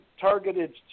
targeted